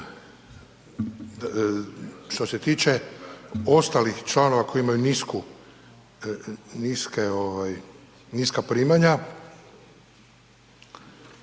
Što se tiče ostalih članova koji imaju nisku, niska ovaj primanja